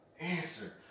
answer